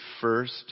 first